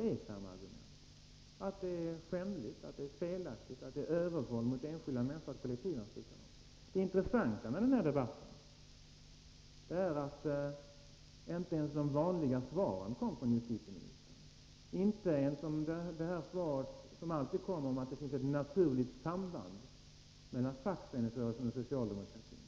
Det är samma argument: att det är skändligt, att det är felaktigt och att det är övervåld mot enskilda människor att kollektivansluta dem. Det intressanta med den här debatten är att inte ens de vanliga svaren kom från justitieministern. Inte ens det svar som alltid brukar komma, att det finns ett naturligt samband mellan fackföreningsrörelsen och socialdemokratin,